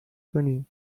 کنین